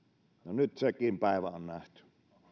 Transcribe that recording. nyt sekin päivä on nähty tämä on nimittäin